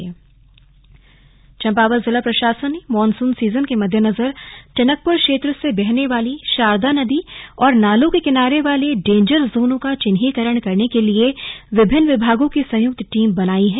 slug monsoon तैयारी चंपावत चम्पावत जिला प्रशासन ने मानसून सीजन के मद्देनजर टनकपुर क्षेत्र से बहने वाली शारदा नदी और नालों के किनारे वाले डेंजर जोनों का चिन्हीकरण करने के लिए विभिन्न विभागों की संयुक्त टीम बनाई है